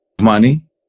money